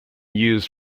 used